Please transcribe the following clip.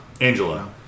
Angela